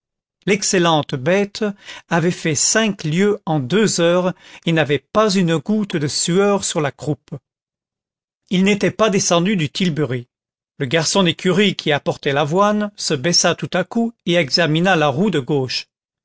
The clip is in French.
l'excellente bête avait fait cinq lieues en deux heures et n'avait pas une goutte de sueur sur la croupe il n'était pas descendu du tilbury le garçon d'écurie qui apportait l'avoine se baissa tout à coup et examina la roue de gauche